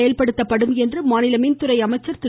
செயல்படுத்தப்படும் என்று மாநில மின்துறை அமைச்சர் திரு